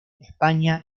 españa